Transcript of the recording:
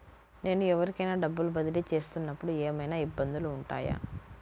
నేను ఎవరికైనా డబ్బులు బదిలీ చేస్తునపుడు ఏమయినా ఇబ్బందులు వుంటాయా?